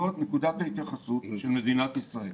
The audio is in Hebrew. זאת נקודת ההתייחסות של מדינת ישראל.